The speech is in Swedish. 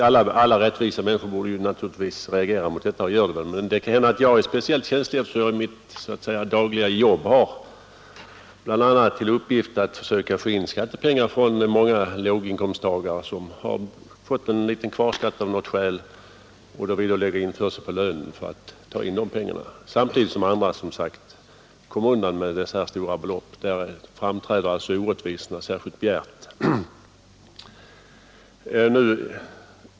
Alla rättänkande människor borde reagera mot detta, och gör det väl också, men det kan hända att jag är speciellt känslig, eftersom jag i mitt dagliga arbete bl.a. har till uppgift att försöka få in skattepengar från många låginkomsttagare som av något skäl fått exempelvis en liten kvarskatt. Det blir då införsel på lön för att få in pengarna. Samtidigt kommer andra skattskyldiga som sagt undan med mycket stora belopp. Här framträder orättvisorna särskilt bjärt.